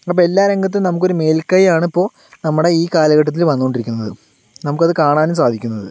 അപ്പോൾ എല്ലാ രംഗത്തും നമുക്കൊരു മേൽകൈ ആണ് ഇപ്പോൾ നമ്മുടെ ഈ കാലഘട്ടത്തില് വന്നുകൊണ്ടിരിക്കുന്നത് നമുക്കത് കാണാനും സാധിക്കുന്നത്